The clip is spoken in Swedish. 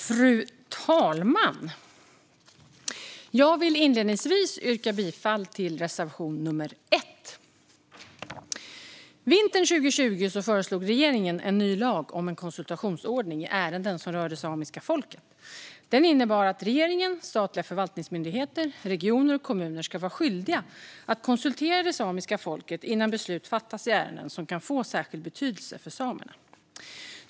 Fru talman! Jag vill inledningsvis yrka bifall till reservation nummer 1. Vintern 2020 föreslog regeringen en ny lag om en konsultationsordning i ärenden som rör det samiska folket. Den innebar att regeringen, statliga förvaltningsmyndigheter, regioner och kommuner ska vara skyldiga att konsultera det samiska folket innan beslut fattas i ärenden som kan få särskild betydelse för samerna.